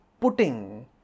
putting